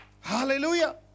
Hallelujah